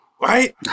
right